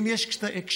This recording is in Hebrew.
אם יש קשיים,